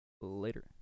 Later